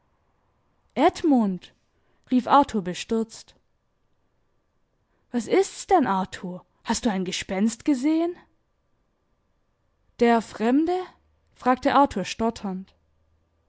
edmund rief arthur bestürzt was ist's denn arthur hast du ein gespenst gesehen der fremde fragte arthur stotternd